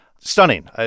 Stunning